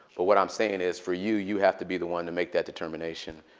but what i'm saying is for you, you have to be the one to make that determination.